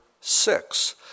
six